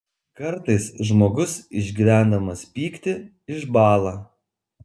kartais žmogus išgyvendamas pyktį išbąla